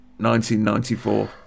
1994